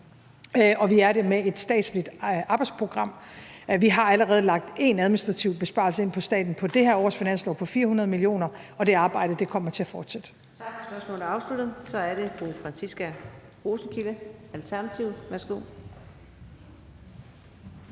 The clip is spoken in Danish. og vi er det med et statsligt arbejdsprogram. Vi har allerede lagt én administrativ besparelse ind på staten på det her års finanslov på 400 mio. kr., og det arbejde kommer til at fortsætte.